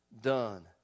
done